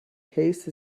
case